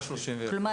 כלומר